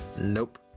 Nope